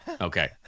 Okay